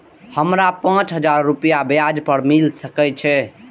हमरा पाँच हजार रुपया ब्याज पर मिल सके छे?